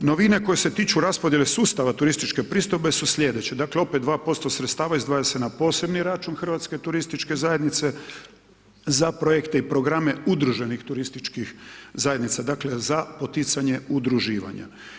Novine koje se tiču raspodjele sustava turističke pristojbe su sljedeće, dakle opet 2% sredstava izdvaja se na poseban račun Hrvatske turističke zajednice za projekte i programe udruženih turističkih zajednica, dakle za poticanje udruživanja.